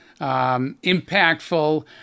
impactful